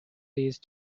these